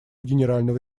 генерального